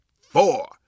four